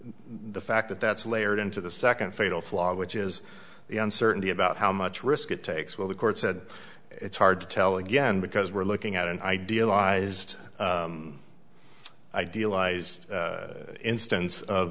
the fact that that's layered into the second fatal flaw which is the uncertainty about how much risk it takes what the court said it's hard to tell again because we're looking at an idealized idealized instance of